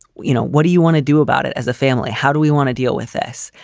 you know, what do you want to do about it as a family? how do we want to deal with this?